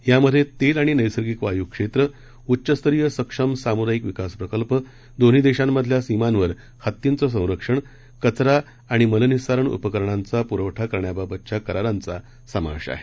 यामधे तेल आणि नैसर्गिक वाय् क्षेत्र उच्च स्तरीय सक्षम साम्दायिक विकास प्रकल्प दोन्ही देशांमधल्या सीमांवर हतींचं संरक्षण कचरा आणि मलनिःसारण उपकरणांचा प्रवठा करण्याबाबतच्या करारांचा समावेश आहे